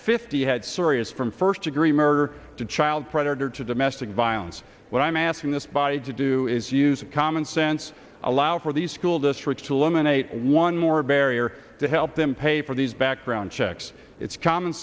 fifty had serious from first degree murder to child predator to domestic violence what i'm asking this by to do is use common sense allow for these school districts to eliminate one more barrier to help them pay for these background